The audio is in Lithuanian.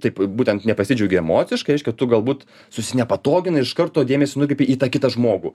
taip būtent nepasidžiaugei emociškai reiškia tu galbūt susinepatoginai ir iš karto dėmesį nukreipei į tą kitą žmogų